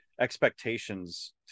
expectations